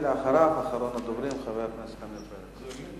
אחריו, אחרון הדוברים, חבר הכנסת עמיר פרץ.